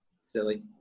silly